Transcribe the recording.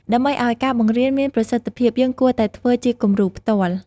ដើម្បីឱ្យការបង្រៀនមានប្រសិទ្ធភាព យើងគួរតែធ្វើជាគំរូផ្ទាល់។